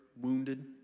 wounded